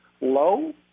low